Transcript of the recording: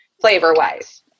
flavor-wise